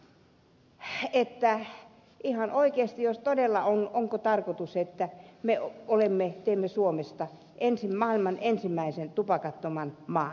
onko ihan oikeasti tarkoitus että me teemme suomesta maailman ensimmäisen tupakattoman maan